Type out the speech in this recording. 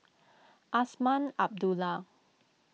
Azman Abdullah